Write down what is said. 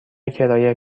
کرایه